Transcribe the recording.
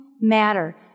matter